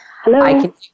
Hello